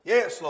Yes